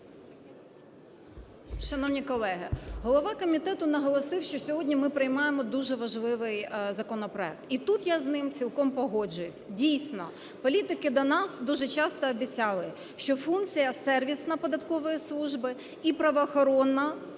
Шановні колеги, голова комітету наголосив, що сьогодні ми приймаємо дуже важливий законопроект, і тут я з ним цілком погоджуюсь. Дійсно, політики до нас дуже часто обіцяли, що функція сервісна податкової служба і правоохоронна